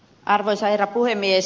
arvoisa herra puhemies